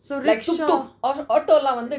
so rickshaw